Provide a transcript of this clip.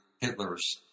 Hitler's